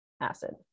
acid